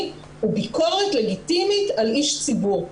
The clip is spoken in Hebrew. הוא ביקורת לגיטימית על איש ציבור.